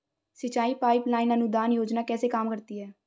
सिंचाई pipeline अनुदान योजना कैसे काम करती है?